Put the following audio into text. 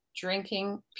drinking